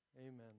Amen